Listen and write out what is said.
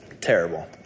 Terrible